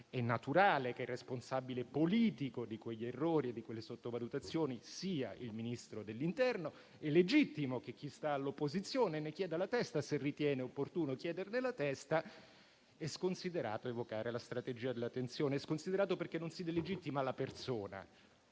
È naturale che responsabile politico di quegli errori e di quelle sottovalutazioni sia il Ministro dell'interno. È legittimo che chi sta all'opposizione ne chieda la testa, se ritiene opportuno chiederne la testa. È sconsiderato evocare la strategia della tensione. È sconsiderato, perché non si delegittima la persona,